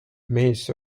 mees